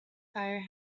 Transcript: fire